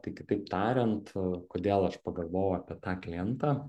tai kitaip tariant kodėl aš pagalvojau apie tą klientą